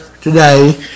today